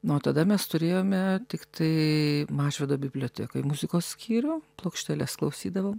nu o tada mes turėjome tiktai mažvydo bibliotekoj muzikos skyrių plokšteles klausydavom